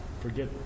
forget